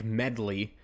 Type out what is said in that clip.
medley